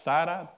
Sarah